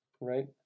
right